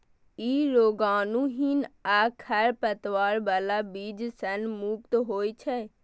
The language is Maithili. ई रोगाणुहीन आ खरपतवार बला बीज सं मुक्त होइ छै